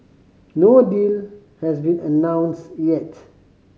no deal has been announced yet